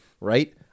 Right